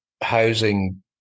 housing